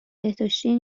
بهداشتی